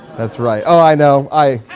that's right. oh, i know, i,